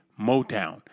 Motown